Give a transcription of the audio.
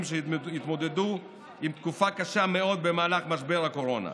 שהתמודדו עם תקופה קשה מאוד במהלך משבר הקורונה.